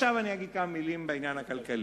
עכשיו אני אגיד כמה מלים בעניין הכלכלי,